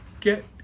get